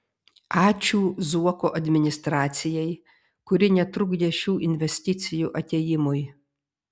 ačiū zuoko administracijai kuri netrukdė šių investicijų atėjimui